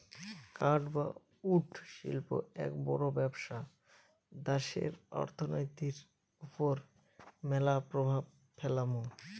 কাঠ বা উড শিল্প এক বড় ব্যবসা দ্যাশের অর্থনীতির ওপর ম্যালা প্রভাব ফেলামু